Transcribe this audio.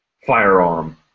firearm